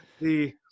the-